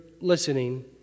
listening